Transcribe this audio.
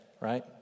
right